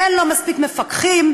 אין לו מספיק מפקחים,